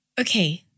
Okay